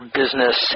business